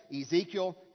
Ezekiel